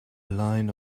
line